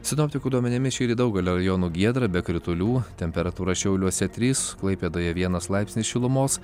sinoptikų duomenimis šįryt daugely rajonų giedra be kritulių temperatūra šiauliuose trys klaipėdoje vienas laipsnis šilumos